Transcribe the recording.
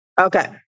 okay